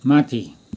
माथि